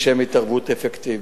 לשם התערבות אפקטיבית.